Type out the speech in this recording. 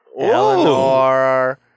Eleanor